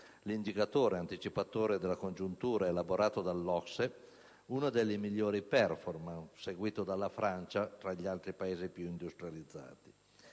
l'indicatore anticipatore della congiuntura elaborato dall'OCSE, ha una delle migliori *performance*, seguito dalla Francia tra gli altri Paesi più industrializzati.